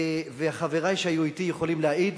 וחברי שהיו אתי יכולים להעיד,